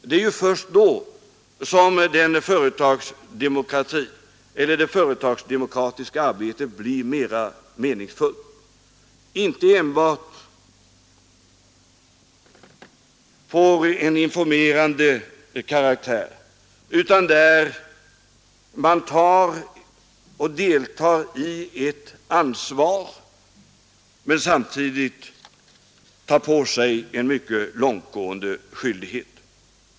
Det är först då som det företagsdemokratiska arbetet blir verkligt meningsfullt och inte bara får en informerande karaktär. Det är där man tar ansvar och deltar i ansvaret, samtidigt som man tar på sig en mycket långtgående skyldighet.